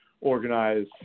organize